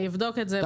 אני אבדוק את זה.